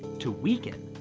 to weaken.